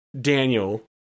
Daniel